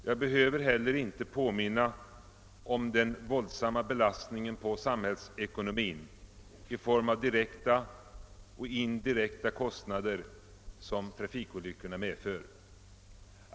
Jag behöver heller inte påminna om den våldsamma belastning på samhällsekonomin i form av direkta och indirekta kostnader som trafikolyckorna medför.